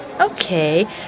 Okay